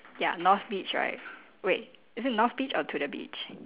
ya north beach right wait is it north beach or to the beach